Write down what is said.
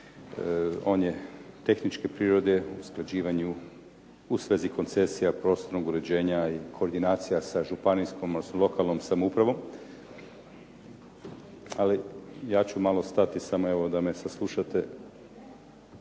On je tehničke prirode u usklađivanju u svezi koncesija prostornog uređenja i koordinacija sa županijskom, s lokalnom samoupravom, ali ja ću malo stati samo da me saslušate.